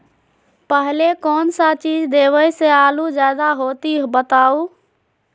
पहले कौन सा चीज देबे से आलू ज्यादा होती बताऊं?